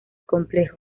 complejo